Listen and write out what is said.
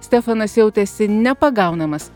stefanas jautėsi nepagaunamas